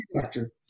doctor